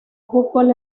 fútbol